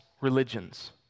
religions